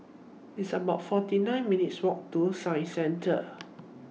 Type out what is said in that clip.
It's about forty nine minutes' Walk to Science Centre